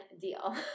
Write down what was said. deal